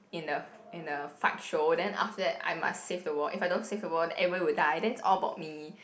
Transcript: in the in the fight show then after that I must save the world if I don't save the world then everyone will die then it's all about me